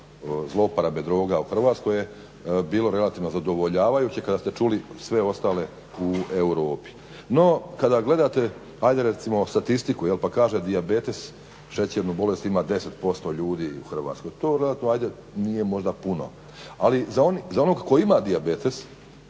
zlouporabe droga u Hrvatskoj je bilo relativno zadovoljavajuće kada ste čuli sve ostale u Europi. No kada gledajte, recimo statistiku pa kaže dijabetes, šećernu bolest ima 10% ljudi u Hrvatskoj, to relativno ajde nije možda puno, ali za onog koji ima dijabetes